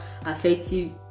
affective